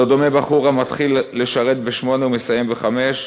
לא דומה בחור המתחיל לשרת ב-08:00 ומסיים ב-17:00,